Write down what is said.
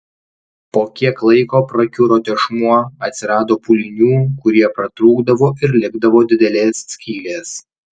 po kiek laiko prakiuro tešmuo atsirado pūlinių kurie pratrūkdavo ir likdavo didelės skylės